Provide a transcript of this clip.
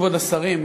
כבוד השרים,